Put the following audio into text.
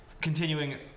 continuing